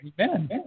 Amen